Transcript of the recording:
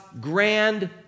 grand